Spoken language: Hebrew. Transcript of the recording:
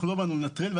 אנחנו לא באנו לנטרל.